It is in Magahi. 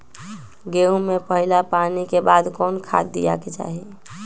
गेंहू में पहिला पानी के बाद कौन खाद दिया के चाही?